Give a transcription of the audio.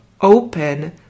open